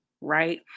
right